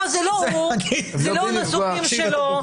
לא, זה לא הוא, זה לא ניסוחים שלו.